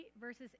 verses